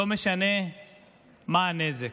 לא משנה מה הנזק.